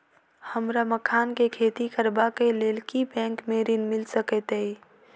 हमरा मखान केँ खेती करबाक केँ लेल की बैंक मै ऋण मिल सकैत अई?